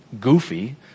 goofy